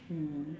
mm